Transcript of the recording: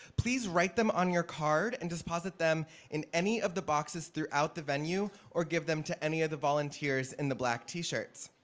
please write them on your card and deposit them in any of the boxes in the venue, or give them to any of the volunteers in the black t-shirts.